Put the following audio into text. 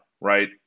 right